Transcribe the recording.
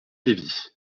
lévis